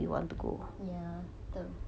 ya betul